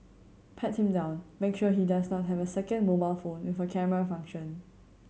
pat him down make sure he does not have a second mobile phone with a camera function